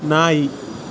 ನಾಯಿ